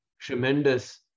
tremendous